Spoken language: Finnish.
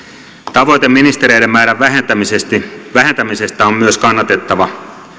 tavoite ministereiden määrän vähentämisestä vähentämisestä on myös kannatettava